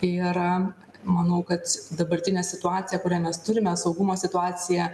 tai yra manau kad dabartinė situacija kurią mes turime saugumo situacija